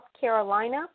Carolina